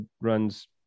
runs